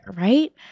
right